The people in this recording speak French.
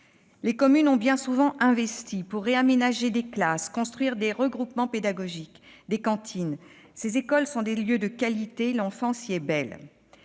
Les communes ont bien souvent investi pour réaménager des classes, construire des groupements pédagogiques et des cantines. Ces écoles sont des lieux de qualité. L'enfance y est belle.